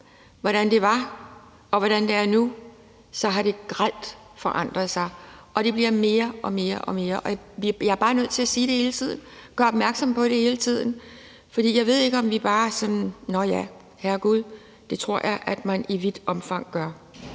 hvordan det var, og hvordan det er nu, så har det forandret sig grelt, og det bliver mere og mere, og jeg er bare nødt til at sige det hele tiden og gøre opmærksom på det hele tiden, for jeg ved ikke, om man sådan bare siger, at nå ja, herregud. Det tror jeg at man i vidt omfang gør.